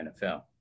NFL